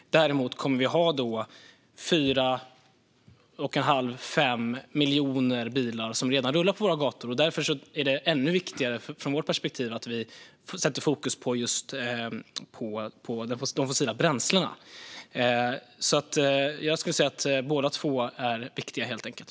Däremot kommer vi att ha 4 1⁄2 eller 5 miljoner bilar som redan rullar på våra gator. Därför är det ännu viktigare, från vårt perspektiv, att vi sätter fokus på de fossila bränslena. Jag skulle säga att båda två är viktiga, helt enkelt.